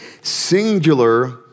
singular